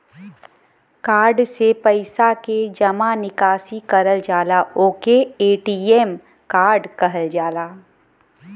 card से पइसा के जमा निकासी करल जाला ओके ए.टी.एम कार्ड कहल जाला